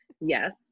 Yes